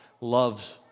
loves